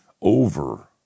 over